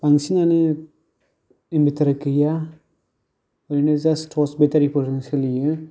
बांसिनानो इनभार्टार गैया ओरैनो जास्ट टर्स बेथारिफोरजों सोलियो